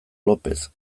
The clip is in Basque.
lopez